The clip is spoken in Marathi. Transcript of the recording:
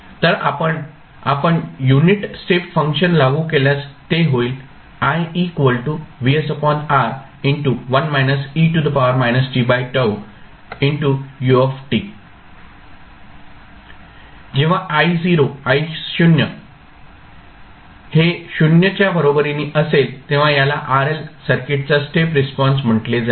तर आपण आपण युनिट स्टेप फंक्शन लागू केल्यास ते होईल जेव्हा Io हे 0 च्या बरोबरीने असेल तेव्हा याला RL सर्किटचा स्टेप रिस्पॉन्स म्हटले जाईल